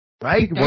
Right